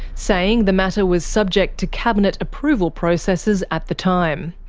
saying the matter was subject to cabinet approval processes at the time.